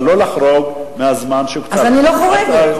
אבל לא לחרוג מהזמן שהוקצב לך.